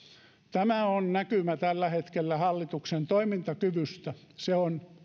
tämä on näkymä tällä hetkellä hallituksen toimintakyvystä se on